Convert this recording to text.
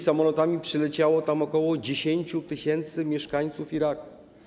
Samolotami przyleciało ok. 10 tys. mieszkańców Iraku.